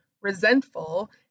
resentful